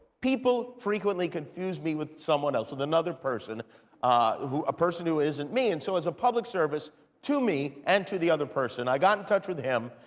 people frequently confuse me with someone else, with another person who a person who isn't me. and so as a public service to me, and to the other person, i got in touch with him,